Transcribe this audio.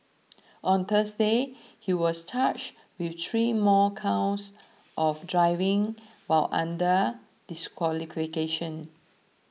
on Thursday he was charged with three more counts of driving while under disqualification